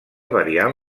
variant